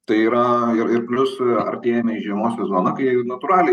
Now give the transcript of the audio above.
tai yra ir ir pliusų artėjam į žiemos sezoną kai natūraliai